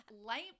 light